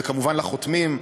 וכמובן לחותמים,